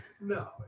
No